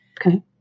Okay